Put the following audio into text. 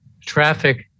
Traffic